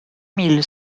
mille